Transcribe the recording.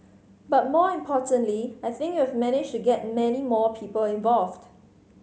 but more importantly I think we've managed to get many more people involved